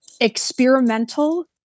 experimental